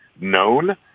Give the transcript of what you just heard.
known